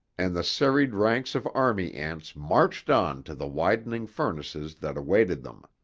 and the serried ranks of army ants marched on to the widening furnaces that awaited them.